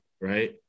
right